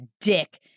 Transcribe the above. dick